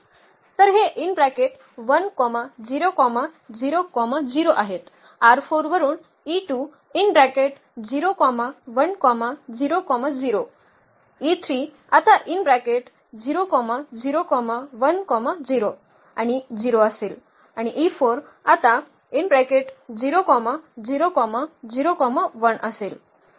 तर हे 1 0 0 0 आहेत वरून 0 1 0 0 आता 0 0 1 0 आणि 0 असेल आणि आता 0 0 0 1 असेल